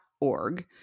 org